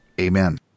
Amen